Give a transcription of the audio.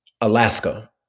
Alaska